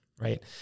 Right